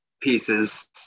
pieces –